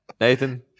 Nathan